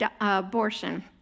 abortion